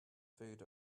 food